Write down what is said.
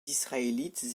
israélites